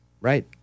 right